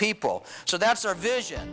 people so that's our vision